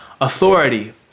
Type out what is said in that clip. authority